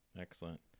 Excellent